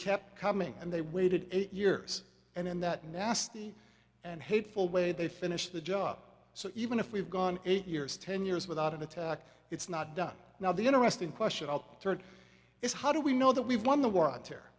kept coming and they waited eight years and in that nasty and hateful way they finished the job so even if we've gone eight years ten years without an attack it's not done now the interesting question i'll turn is how do we know that we've won the war on terror